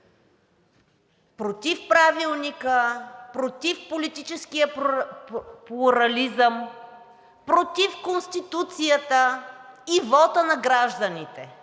против Правилника, против политическия плурализъм, против Конституцията и вота на гражданите.